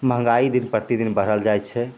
महंगाई दिन प्रतिदिन बढ़ल जाइ छै